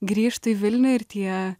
grįžtu į vilnių ir tie